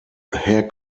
herr